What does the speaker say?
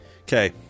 Okay